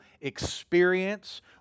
experience